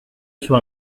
sur